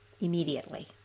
immediately